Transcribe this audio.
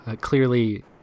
clearly